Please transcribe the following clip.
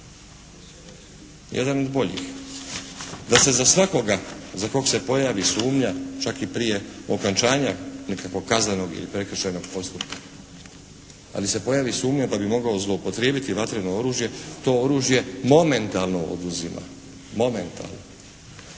jedan od boljih da se za svakoga za kog se pojavi sumnja, čak i prije okončanja nekakvog kaznenog ili prekršajnog postupka, ali se pojavi sumnja da bi mogao zloupotrijebiti vatreno oružje, to oružje momentalno oduzima. Momentalno.